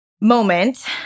moment